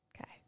Okay